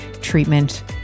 treatment